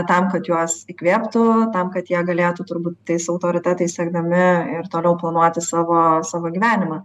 tam kad juos įkvėptų tam kad jie galėtų turbūt tais autoritetais siekdami ir toliau planuoti savo savo gyvenimą